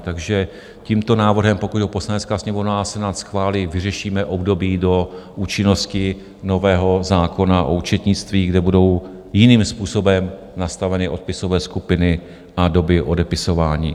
Takže tímto návrhem, pokud ho Poslanecká sněmovna a Senát schválí, vyřešíme období do účinnosti nového zákona o účetnictví, kde budou jiným způsobem nastaveny odpisové skupiny a doby odepisování.